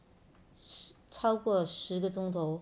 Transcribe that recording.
超过十个钟头